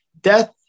death